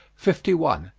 fifty one.